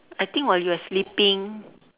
I think while you were sleeping